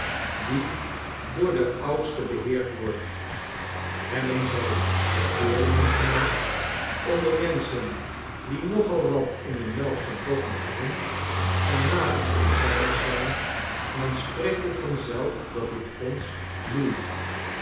die door de oudsten beheerd wordt hebben zij bekeerlingen gemaakt onder menschen die nogal wat in de melk te brokken hadden en matig en zuinig zijn dan spreekt het vanzelf dat dit fonds bloeit